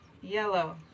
yellow